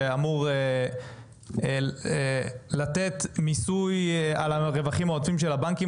שאמור לתת מיסוי על הרווחים העודפים של הבנקים,